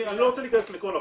אני לא רוצה להכנס לכל הפרטים.